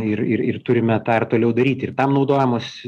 ir ir ir turime tą ir toliau daryti ir tam naudojamos